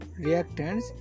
reactants